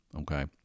Okay